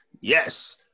Yes